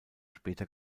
später